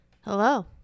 Hello